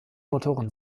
motoren